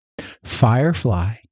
Firefly